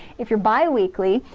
if you're bi-weekly,